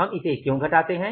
हम इसे क्यों घटाते हैं